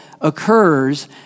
occurs